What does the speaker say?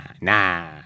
nah